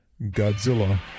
Godzilla